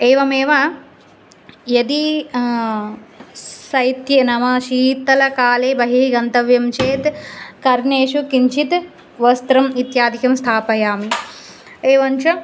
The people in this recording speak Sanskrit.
एवमेव यदि शैत्ये नाम शीतलकाले बहिः गन्तव्यं चेत् कर्णेषु किञ्चिद् वस्त्रम् इत्यादिकं स्थापयामि एवञ्च